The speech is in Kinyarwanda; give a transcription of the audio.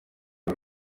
ibi